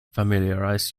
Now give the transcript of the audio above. familiarize